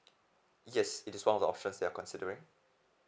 yes it is one of the options they are considering